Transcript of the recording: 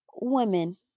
women